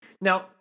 Now